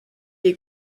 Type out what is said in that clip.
est